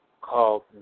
called